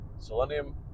Selenium